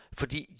fordi